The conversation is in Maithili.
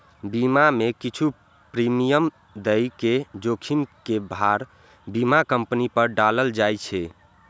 बीमा मे किछु प्रीमियम दए के जोखिम के भार बीमा कंपनी पर डालल जाए छै